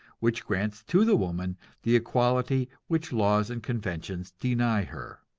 which grants to the woman the equality which laws and conventions deny her.